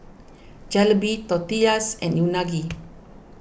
Jalebi Tortillas and Unagi